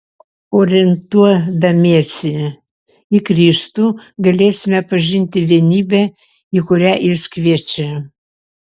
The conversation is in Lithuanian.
orientuodamiesi į kristų galėsime pažinti vienybę į kurią jis kviečia